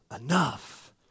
enough